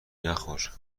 نخور